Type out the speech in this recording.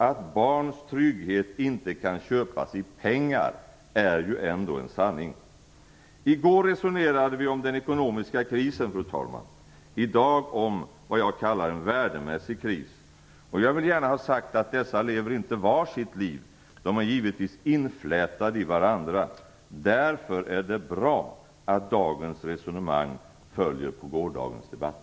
Att barns trygghet inte kan köpas i pengar är ju ändå en sanning. I går resonerade vi om den ekonomiska krisen, fru talman. I dag resonerar vi om vad jag kallar en värdemässig kris. Jag vill gärna ha sagt att dessa inte lever var sitt liv, utan att de givetvis är inflätade i varandra. Därför är det bra att dagens resonemang följer på gårdagens debatt.